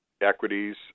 equities